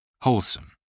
Wholesome